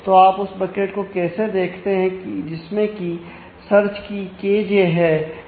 तो आप उस बकेट को कैसे देखते हैं जिसमें की सर्च की Kj है